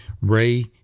Ray